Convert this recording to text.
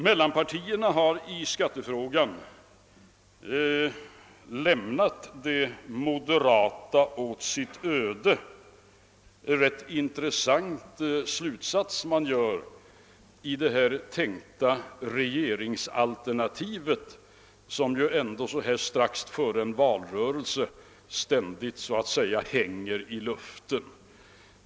Mellanpartierna har i skattefrågan lämnat de moderata åt deras öde. Detta är en ganska intressant slutsats man gör beträffande det tänkta regeringsalternativ, som ju så här strax före en valrörelse ständigt hänger i luften.